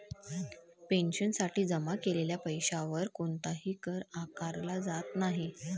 पेन्शनसाठी जमा केलेल्या पैशावर कोणताही कर आकारला जात नाही